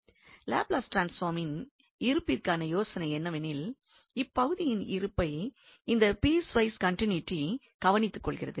Laplace ட்ரான்ஸ்பார்மின் இருப்பிற்கான யோசனை என்னவெனில் இப்பகுதியின் இருப்பை இந்த பீஸ்வைஸ் கண்டினுயிட்டி கவனித்துக் கொள்கிறது